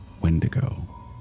Wendigo